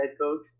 coach